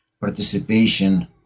participation